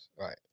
Right